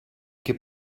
che